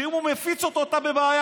שאם הוא מפיץ אותו אתה בבעיה.